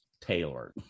tailored